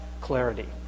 clarity